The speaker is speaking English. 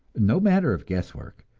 no matter of guesswork,